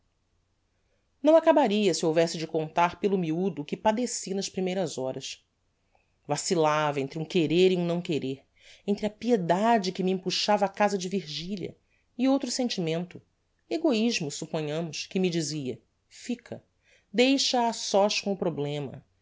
não acabaria se houvesse de contar pelo miudo o que padeci nas primeiras horas vacillava entre um querer e um não querer entre a piedade que me empuxava á casa de virgilia e outro sentimento egoismo supponhamos que me dizia fica deixa-a a sós com o problema